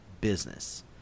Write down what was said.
business